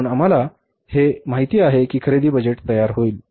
म्हणून आम्हाला माहित आहे की खरेदी बजेट तयार होईल